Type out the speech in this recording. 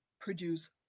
produce